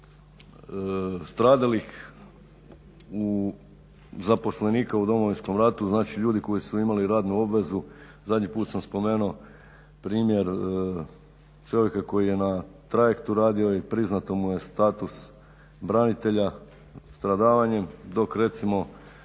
zaposlenika u Domovinskom ratu, znači ljudi koji su imali radnu obvezu. Zadnji put sam spomenuo primjer čovjeka koji je na trajektu radio i priznat mu je status branitelja stradavanjem, dok recimo